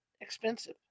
expensive